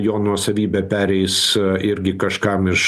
jo nuosavybė pereis irgi kažkam iš